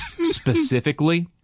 Specifically